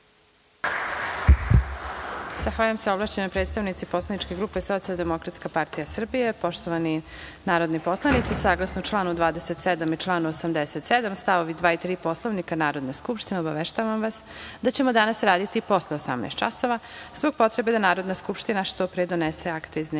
Zahvaljujem se ovlašćenoj predstavnici poslaničke grupe Socijaldemokratska partija Srbije. Poštovani narodni poslanici, saglasno članu 27. i članu 87. st. 2. i 3. Poslovnika Narodne skupštine, obaveštavam vas da ćemo danas raditi posle 18.00 časova, zbog potrebe da Narodna skupština što pre donese akta iz dnevnog